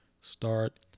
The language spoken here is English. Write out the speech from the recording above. start